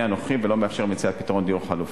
הנוכחי ולא מאפשר מציאת פתרון דיור חלופי.